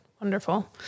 Wonderful